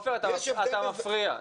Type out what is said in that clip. עופר, אתה מפריע.